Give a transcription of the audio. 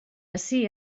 ací